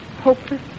hopeless